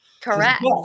Correct